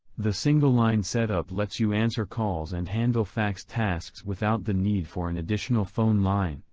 the single-line setup lets you answer calls and handle fax tasks without the need for an additional phone line,